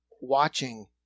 watching